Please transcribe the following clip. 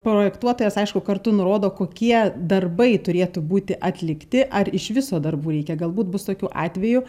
projektuotojas aišku kartu nurodo kokie darbai turėtų būti atlikti ar iš viso darbų reikia galbūt bus tokių atvejų